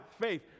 faith